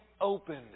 opened